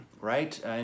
right